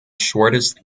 shortest